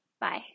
bye